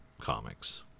comics